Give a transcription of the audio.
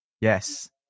Yes